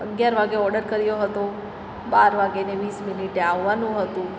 અગિયાર વાગ્યે ઓડર કર્યો હતો બાર વાગ્યે ને વીસ મિનિટે આવવાનું હતું